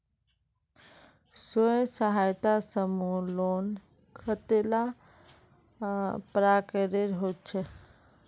स्वयं सहायता समूह लोन कतेला प्रकारेर होचे?